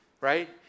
right